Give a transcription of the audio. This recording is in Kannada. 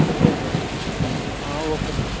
ಇರ್ಬೇಕು ಅಲ್ಲಿ ಹಾಂ ಓಕೆ ಮ್ಯಾಮ್